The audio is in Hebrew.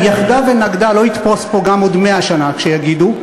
יחדה ונגדה לא יתפוס פה גם עוד מאה שנה כשיגידו.